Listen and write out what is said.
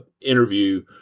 interview